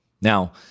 Now